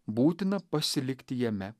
būtina pasilikti jame